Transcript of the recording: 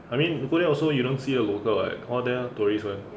I mean go there also you don't see a local [what] all there tourist [one]